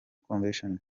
convention